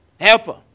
Helper